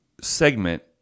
segment